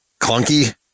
clunky